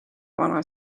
vana